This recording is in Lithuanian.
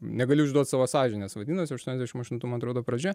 negaliu išduot savo sąžinės vadinasi jau aštuoniasdešim aštuntų man atrodo pradžia